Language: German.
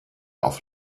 auf